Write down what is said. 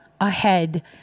ahead